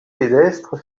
pédestre